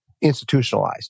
institutionalized